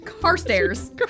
Carstairs